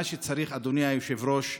מה שצריך, אדוני היושב-ראש,